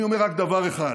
אני אומר רק דבר אחד: